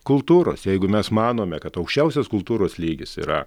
kultūros jeigu mes manome kad aukščiausias kultūros lygis yra